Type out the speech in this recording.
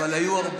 הינה, אני אומר לך.